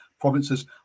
provinces